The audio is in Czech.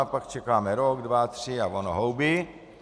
Pak čekáme rok, dva, tři, a ono houby.